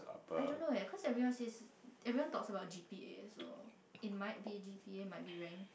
I don't know eh cause everyone says everyone talks about G_P_A so it might be G_P_A might be rank